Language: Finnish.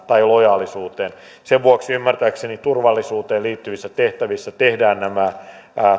tai lojaalisuuteen sen vuoksi ymmärtääkseni turvallisuuteen liittyvissä tehtävissä tehdään nämä